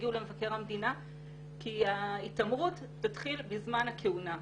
יגיעו למבקר המדינה כי ההתעמרות תתחיל בזמן הכהונה.